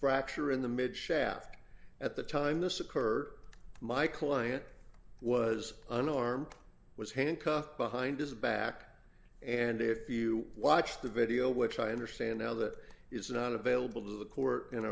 fracture in the mid shaft at the time this occurred my client was unarmed was handcuffed behind his back and if you watch the video which i understand now that is not available to the court in